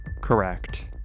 Correct